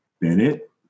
Bennett